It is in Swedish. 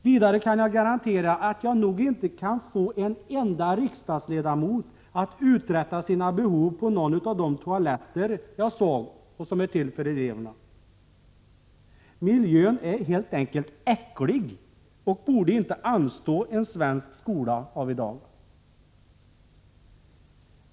Vidare kan jag nog garantera att jag inte kan få en enda riksdagsledamot att uträtta sina behov på någon av de toaletter som jag såg och som är till för eleverna. Miljön är helt enkelt äcklig och borde inte anstå en svensk skola av i dag.